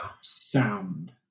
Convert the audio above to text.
sound